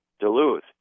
Duluth